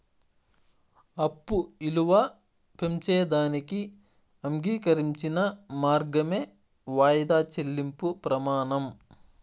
అప్పు ఇలువ పెంచేదానికి అంగీకరించిన మార్గమే వాయిదా చెల్లింపు ప్రమానం